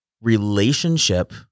relationship